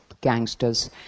gangsters